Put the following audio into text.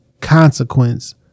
consequence